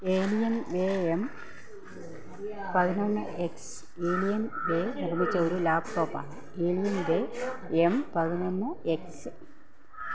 Alienware M പതിനൊന്ന് X Alienware നിർമ്മിച്ച ഒരു ലാപ്ടോപ്പാണ് ഏലിയൻവേ എം പതിനൊന്ന് എക്സ്